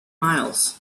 miles